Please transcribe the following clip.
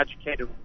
educated